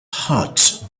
heart